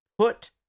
Put